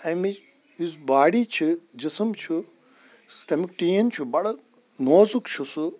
اَمِچ یُس باڈی چھِ جِسٕم چھُ تَمیُک ٹیٖن چھُ بَڑٕ نوزُک چھُ سُہ